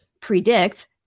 predict